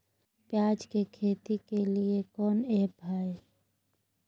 प्याज के खेती के लिए कौन ऐप हाय?